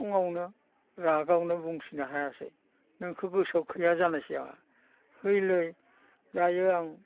खंआवनो रागायावनो बुंथिनो हायासै नोंखौ गोसोआव गैया जानायसै आंहा हैलै दायो आं